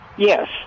Yes